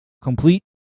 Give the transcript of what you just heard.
complete